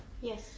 Yes